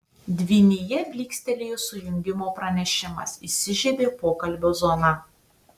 dvynyje blykstelėjo sujungimo pranešimas įsižiebė pokalbio zona